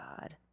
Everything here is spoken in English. God